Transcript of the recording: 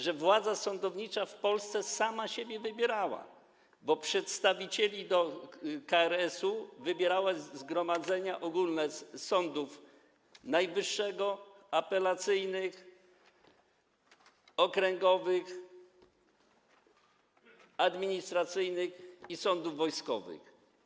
Że władza sądownicza w Polsce sama siebie wybierała, bo przedstawicieli do KRS-u wybierały zgromadzenia ogólne sądów: Sądu Najwyższego i sądów apelacyjnych, okręgowych, administracyjnych i wojskowych.